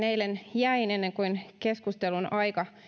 eilen jäin ennen kuin keskustelun aika